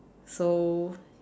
so